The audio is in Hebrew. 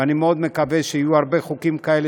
ואני מאוד מקווה שיהיו הרבה חוקים כאלה,